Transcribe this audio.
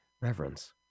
reverence